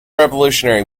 revolutionary